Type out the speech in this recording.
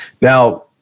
now